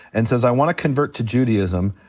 and says i wanna convert to judaism,